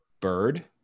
Bird